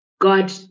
God